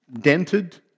dented